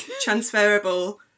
transferable